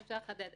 אם אפשר לחדד,